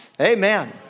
Amen